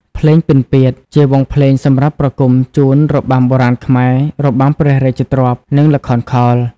ភ្លេងពិណពាទ្យ ជាវង់ភ្លេងសម្រាប់ប្រគំជូនរបាំបុរាណខ្មែរ របាំព្រះរាជទ្រព្យ និងល្ខោនខោល។